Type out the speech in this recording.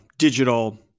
digital